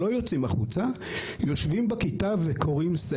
לא יוצאים החוצה,